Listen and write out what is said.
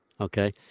Okay